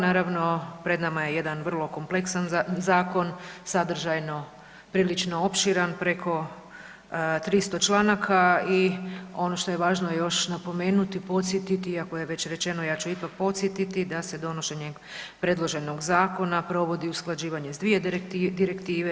Naravno pred nama je jedan vrlo kompleksan zakon sadržajno prilično opširan, preko 300 članaka i ono što je važno još napomenuti, podsjetiti iako je već rečeno ja ću ipak podsjetiti da se donošenje predloženog zakona provodi usklađivanje s dvije direktive.